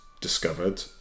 discovered